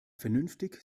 vernünftig